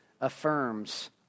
affirms